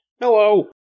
Hello